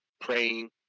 praying